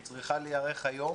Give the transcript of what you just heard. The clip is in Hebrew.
היא צריכה להיערך היום